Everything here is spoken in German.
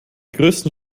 größten